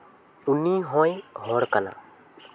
ᱩᱱᱤ ᱦᱚᱸᱭ ᱦᱚᱲ ᱠᱟᱱᱟ